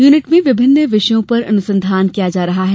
unit में विभिन्न विषयों पर अनुसंधान किया जा रहा है